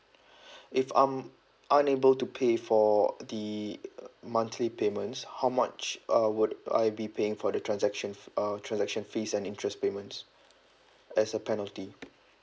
if I'm unable to pay for the uh monthly payments how much uh would I be paying for the transaction uh transaction fees and interest payments as a penalty